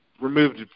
removed